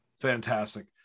fantastic